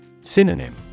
Synonym